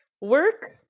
work